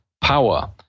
power